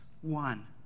One